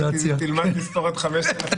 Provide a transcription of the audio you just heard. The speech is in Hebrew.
ואנחנו באמת מקווים שבתום השנה של הארכת